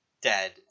dead